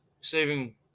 saving